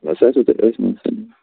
ولہٕ سُہ حظ چھُو تۅہہِ تتھۍ منٛز سٲلِم